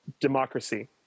democracy